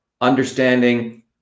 understanding